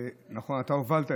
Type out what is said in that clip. נכון, אתה הובלת?